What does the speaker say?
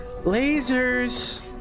lasers